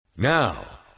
Now